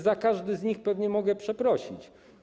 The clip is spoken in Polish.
Za każdy z nich pewnie mogę przeprosić.